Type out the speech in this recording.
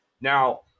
Now